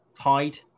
tide